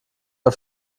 auf